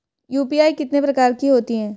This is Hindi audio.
यू.पी.आई कितने प्रकार की होती हैं?